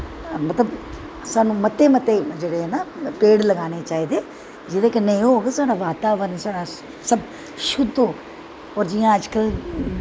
मतलव साह्नू मते मते न पेड़ लगानें चाही दे जेह्दे कन्नैं एह् होग साढ़ा बाताबरन साढ़ा शुध्द होग और अज्ज कल जियां